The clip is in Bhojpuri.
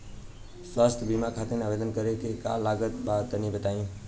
स्वास्थ्य बीमा खातिर आवेदन करे मे का का लागत बा तनि बताई?